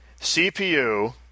CPU